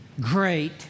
great